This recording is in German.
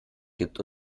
gibt